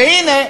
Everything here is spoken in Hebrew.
והנה,